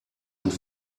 und